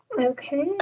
Okay